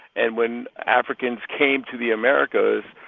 and when africans came to the americas,